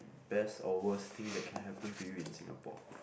best or worst thing that can happen to you in Singapore